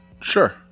Sure